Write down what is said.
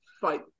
fight